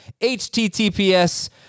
HTTPS